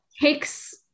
takes